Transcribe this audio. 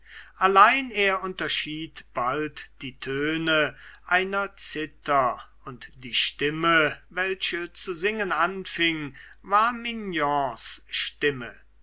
allein er unterschied bald die töne einer zither und die stimme welche zu singen anfing war mignons stimme